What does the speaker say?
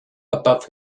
above